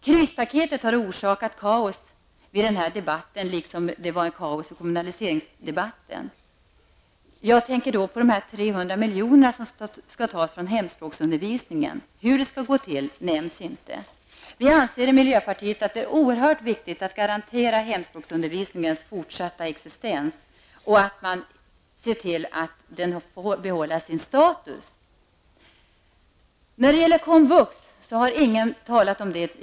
Krispaketet har orsakat kaos i denna debatt liksom i debatten om kommunalisering av lärarna. Jag tänker då på de 300 milj.kr. som skall tas från hemspråksundervisningen. Hur detta skall gå till nämns inte. Vi i miljöpartiet anser att det är oerhört viktigt att garantera hemspråksundervisningens fortsatta existens och att se till att den får behålla sin status. Ingen har hittills talat om komvux.